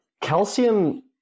calcium